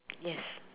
yes